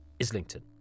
Islington